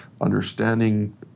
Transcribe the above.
understanding